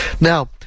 Now